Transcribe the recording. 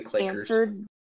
answered